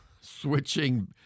switching